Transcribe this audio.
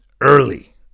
early